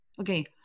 Okay